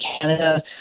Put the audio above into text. Canada